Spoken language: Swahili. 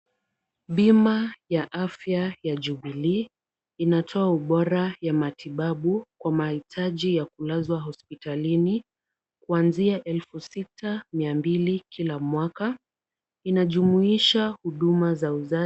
Bima ya afya ya jubilee, inatoa ubora ya matibabu kwa mahitaji ya kulazwa hospitalini, kuanzia elfu sita mia mbili kila mwaka. Inajumuisha huduma za uzazi.